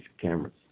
cameras